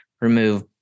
remove